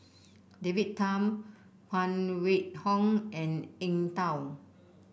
David Tham Phan Wait Hong and Eng Tow